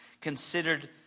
considered